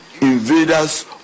invaders